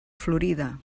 florida